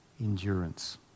endurance